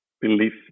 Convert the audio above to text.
belief